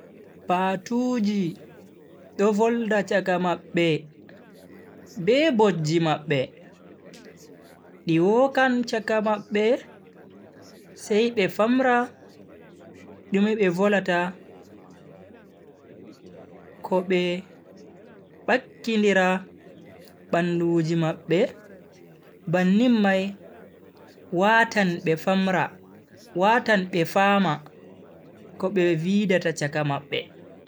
Patuji do volda chaka mabbe be bojji mabbe, di wokan chaka mabbe sai be famra dume be volata ko be bakkindira banduji mabbe bannin mai watan be famra, watan be fama ko be vidata chaka mabbe.